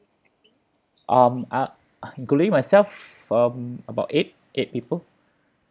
um I including myself um about eight eight people